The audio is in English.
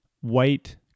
white